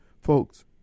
Folks